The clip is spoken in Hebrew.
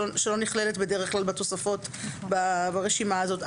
שלא נכללת בדרך כלל בתוספות ברשימה הזאת,